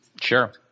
Sure